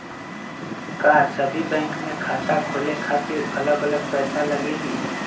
का सभी बैंक में खाता खोले खातीर अलग अलग पैसा लगेलि?